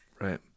Right